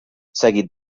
seguit